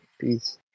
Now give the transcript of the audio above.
Peace